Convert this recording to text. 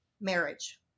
marriage